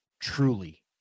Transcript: truly